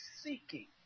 seeking